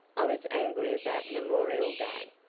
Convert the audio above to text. i was angry about memorial day,